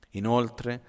inoltre